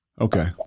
Okay